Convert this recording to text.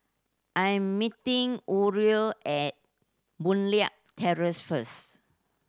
I am meeting Uriel at Boon Leat Terrace first